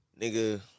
nigga